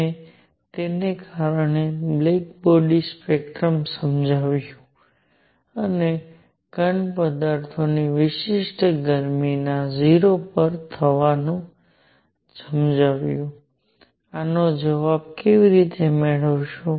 અને તેના કારણે બ્લેક બોડી સ્પેક્ટ્રમ સમજાવ્યું અને ઘનપદાર્થોની વિશિષ્ટ ગરમીના 0 પર જવાનું પણ સમજાવ્યું આનો જવાબ કેવી રીતે મેળવવો